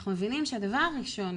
אנחנו מבינים שהדבר הראשון,